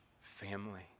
family